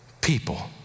people